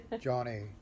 johnny